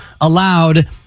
allowed